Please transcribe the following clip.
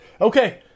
Okay